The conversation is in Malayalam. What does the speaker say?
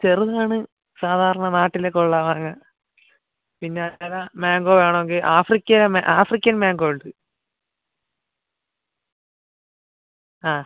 ചെറുതാണ് സാധാരണ നാട്ടിലൊക്കെ ഉള്ള മാങ്ങ പിന്നെ ഏതാണ് മാങ്കോ വേണമെങ്കിൽ ആഫ്രിക്കയിലെ ആഫ്രിക്കൻ മാങ്കോ ഉണ്ട് ആ